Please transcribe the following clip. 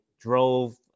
drove